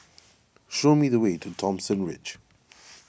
show me the way to Thomson Ridge